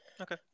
Okay